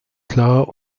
klar